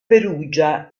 perugia